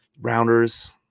Rounders